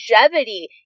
longevity